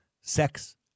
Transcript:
Sex